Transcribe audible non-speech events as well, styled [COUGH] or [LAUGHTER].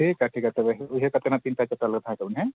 ᱴᱷᱤᱠᱼᱟ ᱴᱷᱤᱠᱼᱟ ᱛᱚᱵᱮ ᱩᱭᱦᱟᱹᱨ ᱠᱟᱛᱮᱫ ᱦᱟᱸᱜ ᱛᱤᱱᱴᱟ ᱪᱟᱨᱴᱟ [UNINTELLIGIBLE] ᱛᱟᱦᱮᱸ ᱠᱚᱜ ᱵᱤᱱ ᱦᱮᱸ